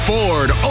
Ford